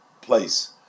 place